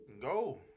go